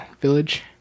village